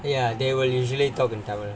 ya they will usually talk in tamil